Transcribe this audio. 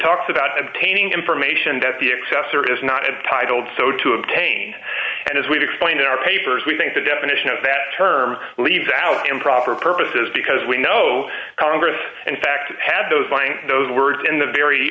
talks about obtaining information that the accessor is not a titled so to obtain and as we've explained in our papers we think the definition of that term leaves out improper purposes because we know congress in fact had those buying those words in the very